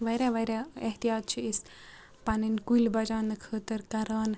واریاہ واریاہ احتِیاط چھِ أسۍ پَنٕنۍ کُلۍ بَجاونہٕ خٲطرٕ کَران